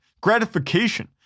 gratification